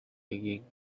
digging